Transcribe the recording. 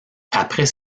après